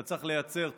אתה צריך לייצר תוכנית,